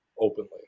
openly